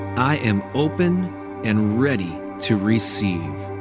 i am open and ready to receive.